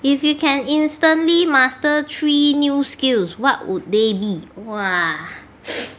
if you can instantly master three new skills what would they be !wah!